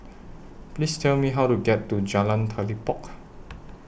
Please Tell Me How to get to Jalan Telipok